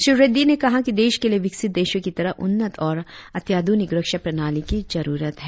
श्री रेड्डी ने कहा कि देश के लिए विकसित देशों की तरह उन्नत और अत्याधुनिक रक्षा प्रणाली की जरुरत है